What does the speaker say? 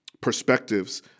perspectives